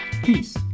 Peace